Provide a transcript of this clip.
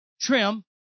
trim